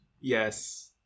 Yes